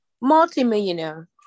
Multi-millionaire